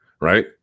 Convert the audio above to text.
right